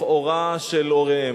לכאורה, של הוריהם.